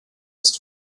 ist